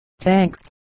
Thanks